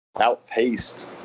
outpaced